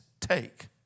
take